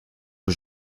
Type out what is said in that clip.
que